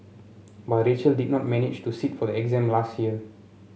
but Rachel did not manage to sit for the exam last year